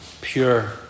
pure